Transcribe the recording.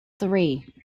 three